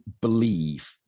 believe